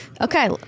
Okay